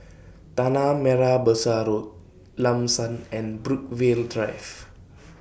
Tanah Merah Besar Road Lam San and Brookvale Drive